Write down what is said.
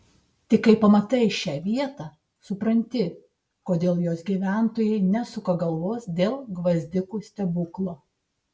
tik kai pamatai šią vietą supranti kodėl jos gyventojai nesuka galvos dėl gvazdikų stebuklo